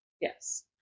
yes